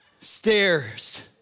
stairs